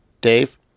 Dave